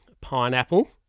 pineapple